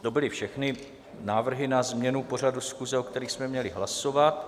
To byly všechny návrhy na změnu pořadu schůze, o kterých jsme měli hlasovat.